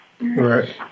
Right